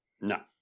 No